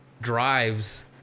drives